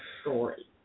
story